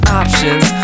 options